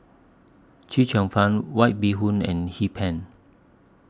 Chee Cheong Fun White Bee Hoon and Hee Pan